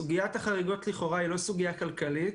סוגיית החריגות לכאורה היא לא סוגיה כלכלית.